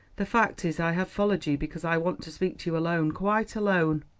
the fact is, i have followed you because i want to speak to you alone quite alone.